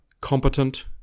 competent